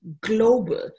global